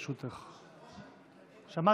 שמעתי,